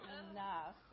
enough